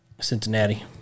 Cincinnati